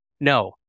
No